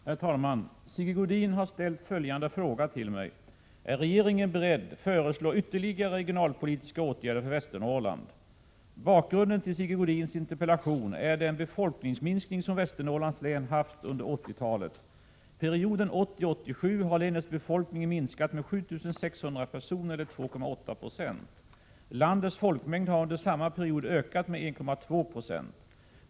Herr talman! Sigge Godin har ställt följande fråga till mig: Är regeringen beredd föreslå ytterligare regionalpolitiska åtgärder för Västernorrland? Bakgrunden till Sigge Godins interpellation är den befolkningsminskning som Västernorrlands län haft under 1980-talet. Under perioden 1980—1987 har länets befolkning minskat med 7 600 personer eller 2,8 20. Landets folkmängd har under samma period ökat med 1,2 26.